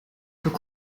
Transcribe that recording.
peut